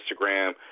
Instagram